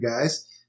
guys